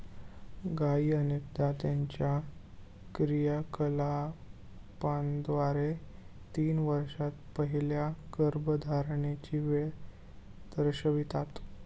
गायी अनेकदा त्यांच्या क्रियाकलापांद्वारे तीन वर्षांत पहिल्या गर्भधारणेची वेळ दर्शवितात